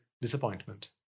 disappointment